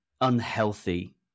unhealthy